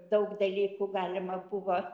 daug dalykų galima buvo